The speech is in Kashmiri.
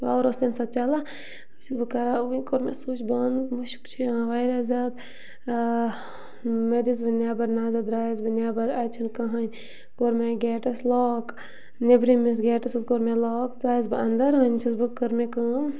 پاوَر اوس تَمہِ ساتہٕ چَلان وۄنۍ چھَس بہٕ کران وۄنۍ کوٚر مےٚ سُچ بنٛد مُشٕک چھِ یِوان واریاہ زیادٕ مےٚ دِژ وۄنۍ نٮ۪بر نظر درٛایَس بہٕ نٮ۪بر اَتہِ چھَنہٕ کٕہۭنۍ کوٚر مےٚ گیٹَس لاک نیٚبرِمِس گیٹَس حظ کوٚر مےٚ لاک ژایَس بہٕ اَنٛدَر وۄنۍ چھَس بہٕ کٔر مےٚ کٲم